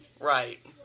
Right